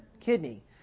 kidney